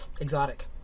Exotic